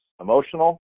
emotional